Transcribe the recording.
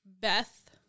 Beth